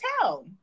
tell